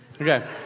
Okay